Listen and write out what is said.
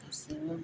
बोसोराव